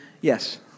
yes